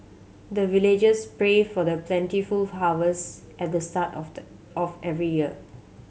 the villagers pray for the plentiful harvest at the start of the of every year